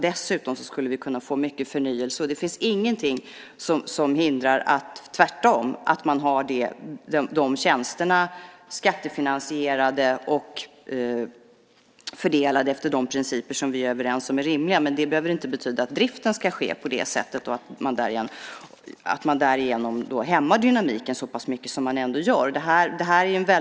Dessutom skulle vi kunna få mycket förnyelse. Det finns ingenting som hindrar, tvärtom, att man har de tjänsterna skattefinansierade och fördelade efter de principer som vi är överens om är rimliga. Men det behöver inte betyda att driften ska ske på det sättet och att man därigenom hämmar dynamiken så pass mycket som man ändå gör.